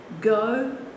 Go